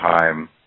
time